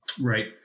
Right